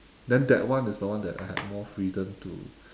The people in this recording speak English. then that one is the one that I had more freedom to